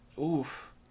Oof